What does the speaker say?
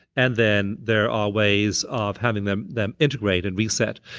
and then there are ways of having them them integrate and reset.